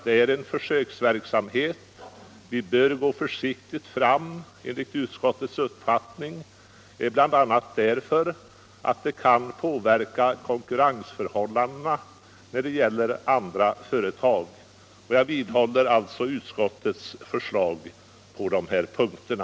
Det är en försöksverksamhet, och vi bör enligt utskottets mening gå fram försiktigt här bl.a. därför att det kan påverka konkurrensförhållandena gentemot andra företag. Jag vidhåller alltså utskottets förslag på de här punkterna.